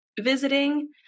visiting